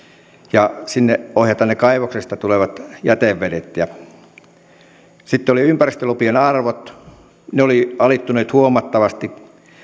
ja sinne ohjataan ne kaivoksesta tulevat jätevedet sitten olivat ympäristölupien arvot ne olivat alittuneet huomattavasti